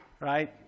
Right